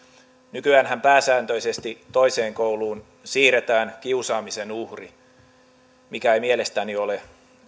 nykyäänhän pääsääntöisesti toiseen kouluun siirretään kiusaamisen uhri mikä ei mielestäni ole oikein